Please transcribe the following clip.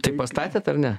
tai pastatėt ar ne